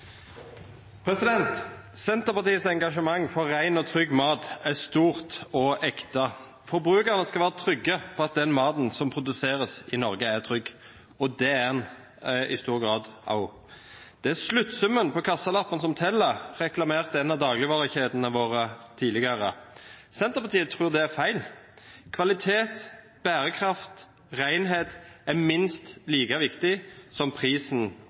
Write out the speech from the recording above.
ekte. Forbrukerne skal være trygge på at den maten som produseres i Norge, er trygg. Det er den i stor grad også. «Det er sluttsummen på kassalappen som teller», reklamerte en av dagligvarekjedene våre tidligere. Senterpartiet tror det er feil. Kvalitet, bærekraft og renhet er minst like viktig som prisen